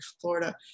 Florida